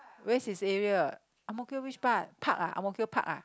where's this area Ang-Mo-Kio which part park ah Ang-Mo-Kio park ah